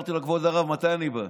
אמרתי לו: כבוד הרב, מתי אני בא?